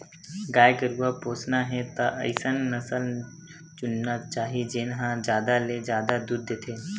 गाय गरूवा पोसना हे त अइसन नसल चुनना चाही जेन ह जादा ले जादा दूद देथे